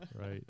Right